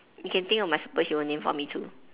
okay think of my superhero name for me too